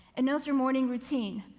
it knows your morning routine,